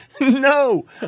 No